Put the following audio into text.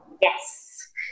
Yes